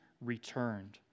returned